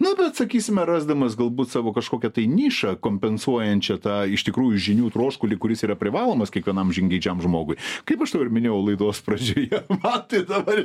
na sakysime rasdamas galbūt savo kažkokią tai nišą kompensuojančią tą iš tikrųjų žinių troškulį kuris yra privalomas kiekvienam žingeidžiam žmogui kaip aš tau ir minėjau laidos pradžioje man tai dabar